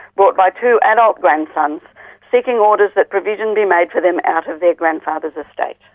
brought by two adult grandsons seeking orders that provision be made for them out of their grandfather's estate.